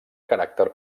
caràcter